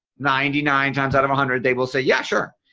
ninety-nine times out of a hundred they will say yes sure.